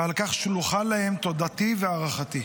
ועל כך שלוחה להם תודתי והערכתי.